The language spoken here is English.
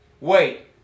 wait